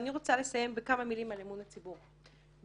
אני רוצה לסיים בכמה מילים על אמון הציבור במערכת.